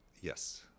Yes